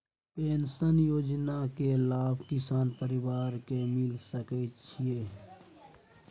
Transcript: Pension योजना के लाभ किसान परिवार के मिल सके छिए?